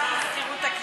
[רשומות (הצעות חוק,